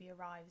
arrives